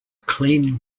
clean